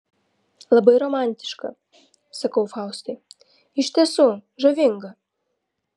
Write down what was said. labai romantiška sakau faustui iš tiesų žavinga